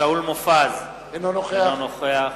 שאול מופז, אינו נוכח